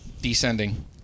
Descending